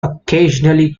occasionally